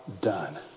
done